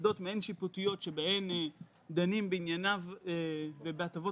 בוועדות מעין שיפוטיות שבהן דנים בענייניו ובהטבות